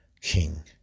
King